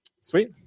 Sweet